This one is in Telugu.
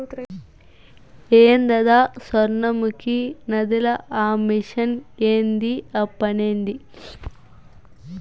ఏందద సొర్ణముఖి నదిల ఆ మెషిన్ ఏంది ఆ పనేంది